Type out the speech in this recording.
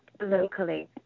locally